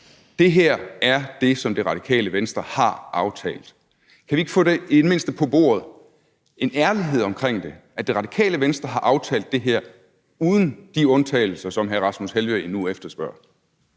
Det her er det, som Radikale Venstre har aftalt. Kan vi i det mindste ikke få en ærlighed omkring det på bordet: at Radikale Venstre har aftalt det her uden de undtagelser, som hr. Rasmus Helveg Petersen nu efterspørger?